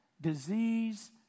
Disease